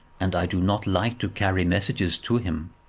and i do not like to carry messages to him.